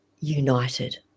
united